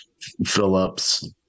Phillips